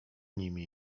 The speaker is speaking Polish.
nimi